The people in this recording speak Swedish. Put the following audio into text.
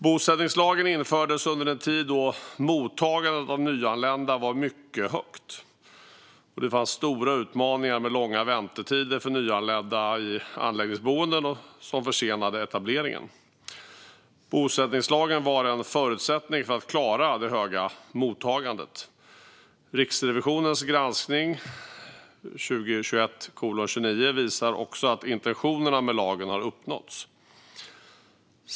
Bosättningslagen infördes under en tid då mottagandet av nyanlända var mycket högt och det fanns stora utmaningar med långa väntetider för nyanlända i anläggningsboenden som försenade etableringen. Bosättningslagen var en förutsättning för att klara det höga mottagandet. Riksrevisionens granskning visar också att intentionerna med lagen har uppnåtts.